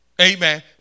Amen